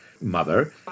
mother